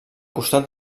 costat